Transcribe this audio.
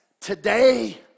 Today